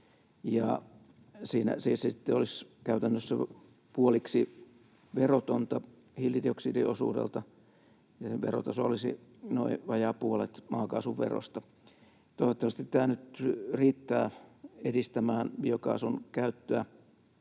joka olisi käytännössä puoliksi verotonta hiilidioksidin osuudelta. Verotaso olisi noin vajaa puolet maakaasuverosta. Toivottavasti tämä nyt riittää edistämään biokaasun käyttöä,